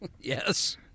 yes